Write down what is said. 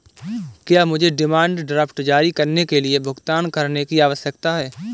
क्या मुझे demand draft जारी करने के लिए भुगतान करने की आवश्यकता है?